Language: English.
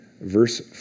verse